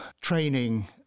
training